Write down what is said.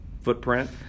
footprint